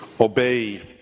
obey